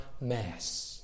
Mass